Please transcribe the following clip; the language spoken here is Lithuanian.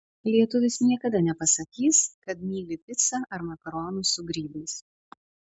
lietuvis niekada nepasakys kad myli picą ar makaronus su grybais